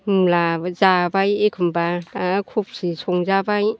मुलाबो जाबाय एखमब्ला खफिबो संजाबाय